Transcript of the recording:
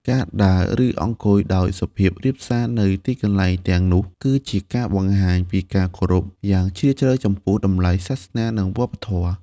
ការដើរ ឬអង្គុយដោយសុភាពរាបសារនៅទីកន្លែងទាំងនោះគឺជាការបង្ហាញពីការគោរពយ៉ាងជ្រាលជ្រៅចំពោះតម្លៃសាសនា និងវប្បធម៌។